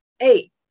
Eight